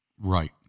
Right